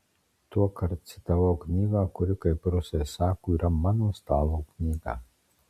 tuokart citavau knygą kuri kaip rusai sako yra mano stalo knyga